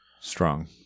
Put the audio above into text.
strong